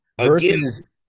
versus